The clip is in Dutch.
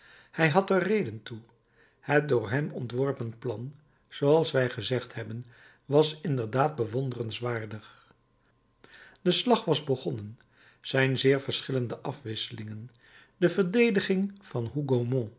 hij had er reden toe het door hem ontworpen plan zooals wij gezegd hebben was inderdaad bewonderenswaardig de slag was begonnen zijn zeer verschillende afwisselingen de verdediging van